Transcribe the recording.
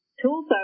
tools